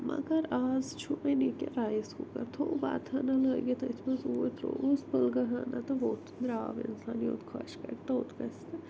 مگر اَز چھُ وۄنۍ یہِ کہِ رایس کُکَر تھوٚو بَتہٕ ہنا لٲگِتھ أتھۍ مَنٛز اوٗرۍ تھوٚوُس پُلگہٕ ہنا تہٕ ووٚتھ درٛاو اِنسان یوٚت خۄش کَرِ توٚت گَژھِ تہٕ